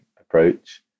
approach